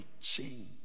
change